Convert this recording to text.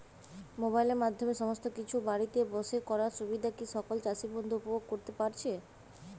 মোবাইলের মাধ্যমে সমস্ত কিছু বাড়িতে বসে করার সুবিধা কি সকল চাষী বন্ধু উপভোগ করতে পারছে?